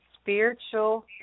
Spiritual